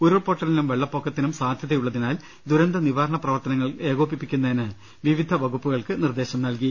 ഉരുൾപൊട്ടലിനും വെള്ളപ്പൊക്കത്തിനും സാധ്യതയുള്ളതിനാൽ ദുരന്ത നിവാരണ പ്രവർത്തനങ്ങൾ ഏകോപിപ്പിക്കുന്നതിന് വിവിധ വകുപ്പുകൾക്ക് നിർദ്ദേശം നൽകി